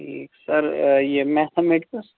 ٹھیٖک سَر یہِ میٚتھامیٚٹکٕس